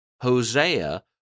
Hosea